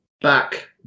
back